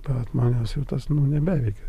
bet manęs jau tas nu nebeveikė